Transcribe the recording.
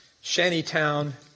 shantytown